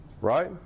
Right